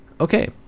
Okay